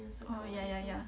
oh yeah yeah yeah